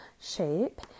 shape